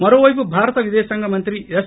మరోవైపు భారత విదేశాంగ మంత్రి ఎస్